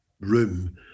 room